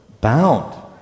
bound